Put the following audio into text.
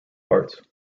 parts